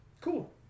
Cool